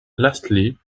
lastly